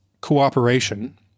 cooperation